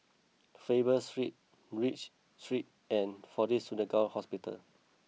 Faber Street Read Street and Fortis Surgical Hospital